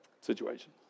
situation